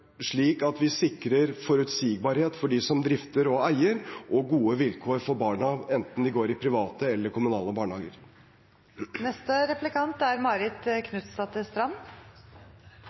slik at vi sikrer forutsigbarhet for dem som drifter og eier, og gode vilkår for barna, enten de går i private eller kommunale barnehager.